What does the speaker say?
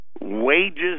Wages